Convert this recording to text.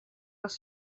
les